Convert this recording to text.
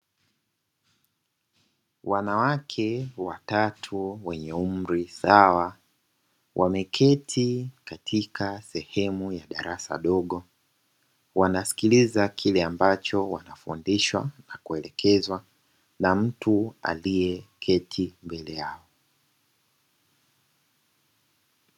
Wanawake watatu wenye umri sawa, wameketi katika sehemu ya darasa dogo, wanasikiliza kile ambacho wanafundishwa na kuelekezwa na mtu aliyeketi mbele yao.